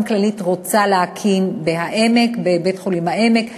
כללית רוצה להקים בבית-חולים "העמק",